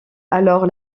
alors